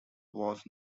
was